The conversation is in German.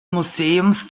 museums